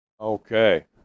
Okay